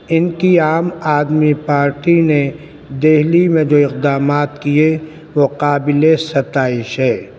ان کی عام آدمی پارٹی نے دہلی میں جو اقدامات کیے وہ قابل ستائش ہے